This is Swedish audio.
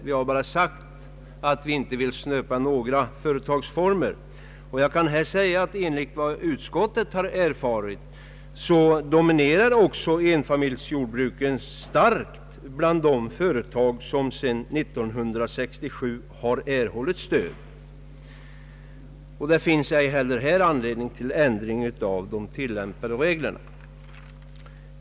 Vi har bara sagt att vi inte vill snöpa några företagsformer. Enligt vad utskottet har erfarit dominerar också enfamiljsjordbruken starkt bland de företag som sedan 1967 har erhållit stöd. Det finns ej heller här anledning till ändring av de tillämpade reglerna.